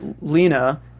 Lena